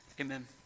amen